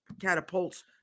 catapults